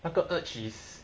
那个 urge is